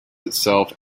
itself